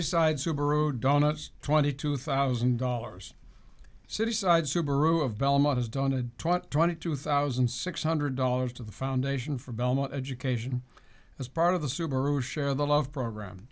city side super road on us twenty two thousand dollars city side subaru of belmont has done a top twenty two thousand six hundred dollars to the foundation for belmont education as part of the subaru share the love program